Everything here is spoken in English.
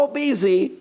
busy